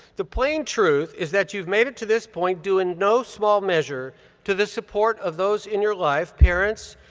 the plain truth is that you've made it to this point due in no small measure to the support of those in your life, parents,